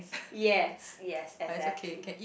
yes yes exactly